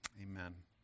amen